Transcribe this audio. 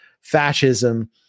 fascism